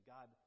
God